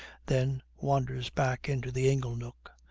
then wanders back into the ingle-nook.